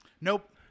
Nope